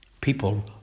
People